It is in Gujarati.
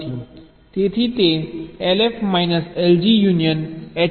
તેથી તે LF minus LG union H 1 ઉપર સ્ટક થઈ જશે